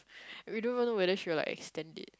we don't ever know whether she will like extend it